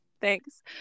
Thanks